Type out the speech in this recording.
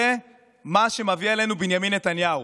זה מה שמביא עלינו בנימין נתניהו,